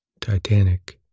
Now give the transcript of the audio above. Titanic